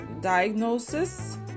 diagnosis